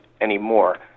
anymore